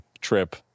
trip